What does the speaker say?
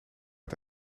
het